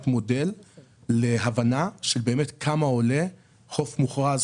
מודל להבנה לגבי כמה עולה חוף מוכרז,